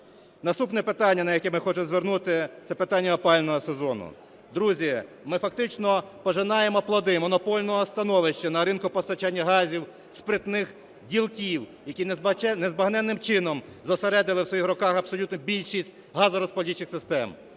Наступне питання, на яке ми хочемо звернути, - це питання опалювального сезону. Друзі, ми фактично пожинаємо плоди монопольного становища на ринку постачання газів спритних ділків, які незбагненним чином зосередили в своїх руках абсолютну більшість газорозподільчих систем,